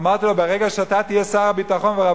אמרתי לו: ברגע שאתה תהיה שר הביטחון והרב